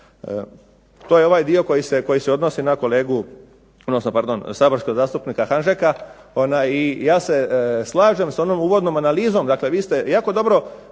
To je ovaj dio koji se odnosi na kolegu, odnosno pardon saborskog zastupnika Hanžeka, i ja se slažem s onom uvodnom analizom, dakle vi ste jako dobro